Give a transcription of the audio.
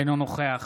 אינו נוכח